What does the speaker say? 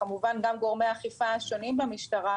וכמובן גם גורמי האכיפה השונים במשטרה,